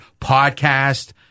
podcast